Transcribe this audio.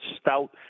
Stout